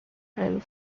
and